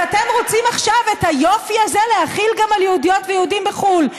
אז אתם רוצים עכשיו את היופי הזה להחיל גם על יהודיות ויהודים בחו"ל.